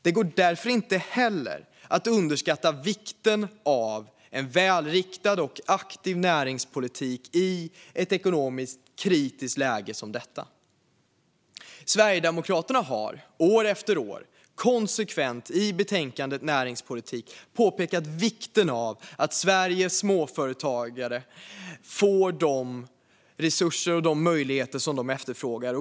Det går därför inte heller att underskatta vikten av en välriktad och aktiv näringspolitik i ett ekonomiskt kritiskt läge som detta. Sverigedemokraterna har år efter år i betänkanden om näringspolitik konsekvent påpekat vikten av att Sveriges småföretagare får de resurser och de möjligheter som de efterfrågar.